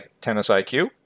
tennisiq